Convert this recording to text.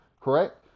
correct